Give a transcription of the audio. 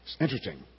interesting